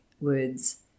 words